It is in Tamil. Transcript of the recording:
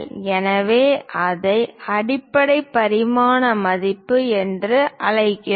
எனவே அதை அடிப்படை பரிமாண மதிப்பு என்று அழைக்கிறோம்